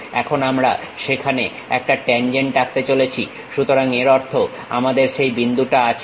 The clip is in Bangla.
এখন আমরা সেখানে একটা ট্যানজেন্ট আঁকতে চলেছি সুতরাং এর অর্থ আমাদের সেই বিন্দুটা আছে